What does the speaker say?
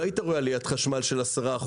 לא היית רואה עליית חשמל של 10%,